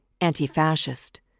anti-fascist